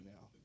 now